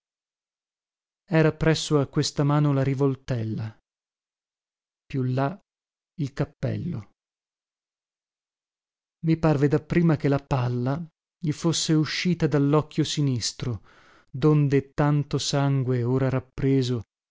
era presso a questa mano la rivoltella più là il cappello i parve dapprima che la palla gli fosse uscita dallocchio sinistro donde tanto sangue ora rappreso